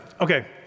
Okay